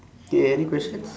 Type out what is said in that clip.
you have any questions